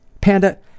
Panda